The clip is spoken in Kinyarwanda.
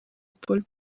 paul